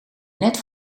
net